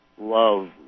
love